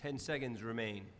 ten seconds remain